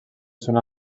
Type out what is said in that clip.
són